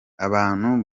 abantu